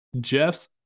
Jeff's